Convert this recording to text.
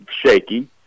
shaky